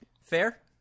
Fair